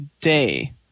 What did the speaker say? Day